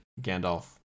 Gandalf